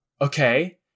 Okay